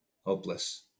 hopeless